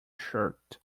shirt